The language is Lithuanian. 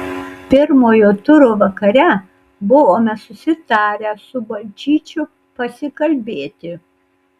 pirmojo turo vakare buvome susitarę su balčyčiu pasikalbėti